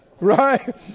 right